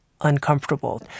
uncomfortable